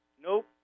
nope